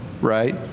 right